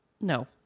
No